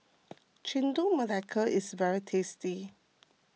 Chendol Melaka is very tasty